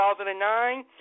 2009